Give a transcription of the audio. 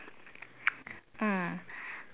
mm